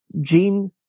Gene